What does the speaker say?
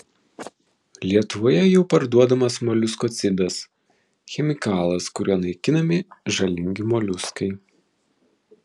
lietuvoje jau parduodamas moliuskocidas chemikalas kuriuo naikinami žalingi moliuskai